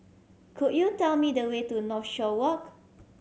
could you tell me the way to Northshore Walk